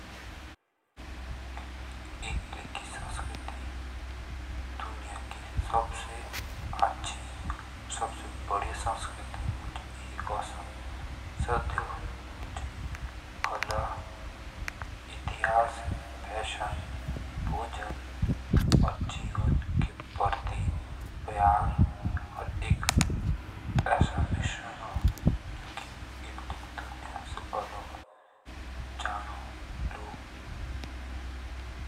अर्जेंटीना दक्षिण अमेरिका का एक असा देश औसो जो आपनी आंची संस्कृति और इतिहासक जाणो एसीक अत्के स्पैनिश उपनिवेशवाद इतावली प्रभावास और विभिन्न यूरोपीय संस्कृति का एक मिश्रण ने अर्जेंटीना की संस्कृति अलग रूप देना दे।